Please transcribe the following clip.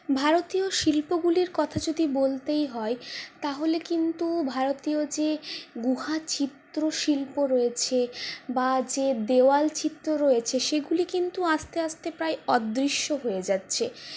ভারতীয় শিল্পগুলির কথা যদি বলতেই হয় তাহলে কিন্তু ভারতীয় যে গুহাচিত্র শিল্প রয়েছে বা যে দেওয়াল চিত্র রয়েছে সেগুলি কিন্তু আস্তে আস্তে প্রায় অদৃশ্য হয়ে যাচ্ছে